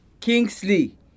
Kingsley